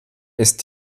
ist